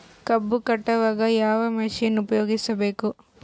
ಕಬ್ಬು ಕಟಾವಗ ಯಾವ ಮಷಿನ್ ಉಪಯೋಗಿಸಬೇಕು?